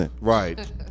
Right